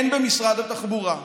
הן במשרד התחבורה,